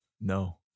no